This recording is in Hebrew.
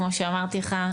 כמו שאמרתי לך,